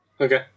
Okay